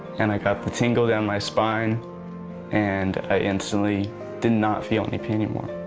and i got the tingle down my spine and i instantly did not feel any pain anymore.